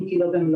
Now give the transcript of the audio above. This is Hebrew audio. אם כי לא במלואם.